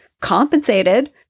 compensated